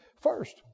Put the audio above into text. first